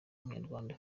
w’umunyarwanda